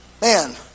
Man